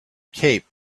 cape